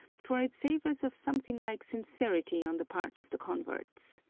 for it savors of something like sincerity on the part of the converts.